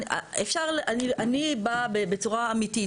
אפשר, אני, אני באה בצורה אמיתית.